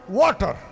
water